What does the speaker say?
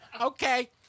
Okay